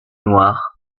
noirs